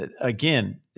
again